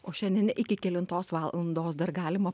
o šiandien iki kelintos valandos dar galima